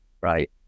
right